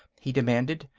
he demanded.